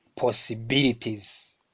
possibilities